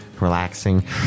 relaxing